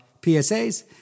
PSAs